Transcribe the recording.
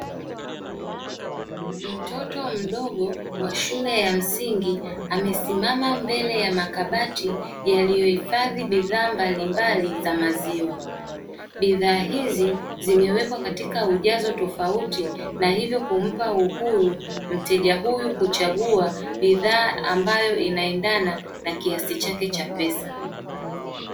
Mtoto mdogo wa shule ya msingi amesimama mbele ya makabati yaliyo hifadhi bidhaa mbalimbali za maziwa, bidhaa hizi zimewekwa katika ujazo tofauti, na hivyo kumpa uhuru mteja huyu kuchagua bidhaa ambayo inaendana na kiasi chake cha pesa.